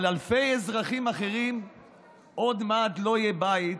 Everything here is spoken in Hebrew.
אבל לאלפי אזרחים אחרים עוד מעט לא יהיה בית,